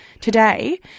today